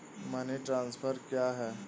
Money transfer क्या है?